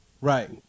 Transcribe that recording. Right